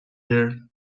here